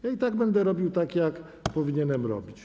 I tak będę robił tak, jak powinienem robić.